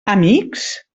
amics